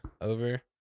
over